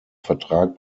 vertrag